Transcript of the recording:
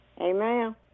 Amen